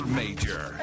major